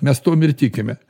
mes tuom ir tikime